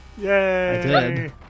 Yay